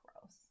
gross